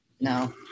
no